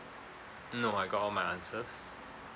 no I got all my answers